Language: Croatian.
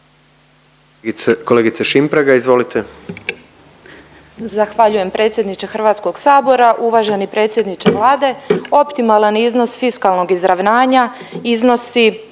izvolite. **Šimpraga, Anja (SDSS)** Zahvaljujem predsjedniče Hrvatskog sabora. Uvaženi predsjedniče Vlade optimalan iznos fiskalnog izravnanja iznosi